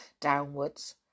downwards